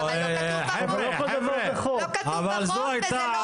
לא כתוב בחוק וזה לא תנאי לקבלת ויזה.